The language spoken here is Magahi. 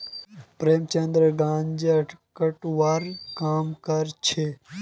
प्रेमचंद गांजा कटवार काम करछेक